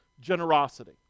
generosity